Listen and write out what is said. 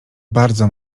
bardzo